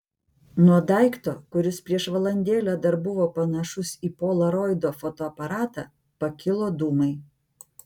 nuo daikto kuris prieš valandėlę dar buvo panašus į polaroido fotoaparatą pakilo dūmai